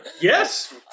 Yes